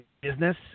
business